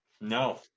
No